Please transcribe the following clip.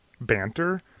banter